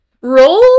Roll